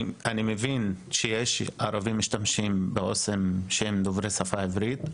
אני מבין שיש ערבים שמשתמשים בעו״סים שהם דוברי השפה עברית,